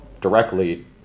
directly